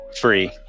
free